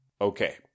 Okay